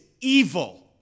evil